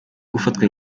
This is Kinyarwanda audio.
gufatwa